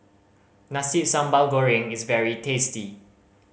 Nasi Sambal Goreng is very tasty